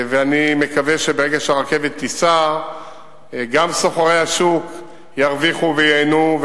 ואני מקווה שברגע שהרכבת תיסע גם סוחרי השוק ירוויחו וייהנו,